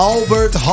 Albert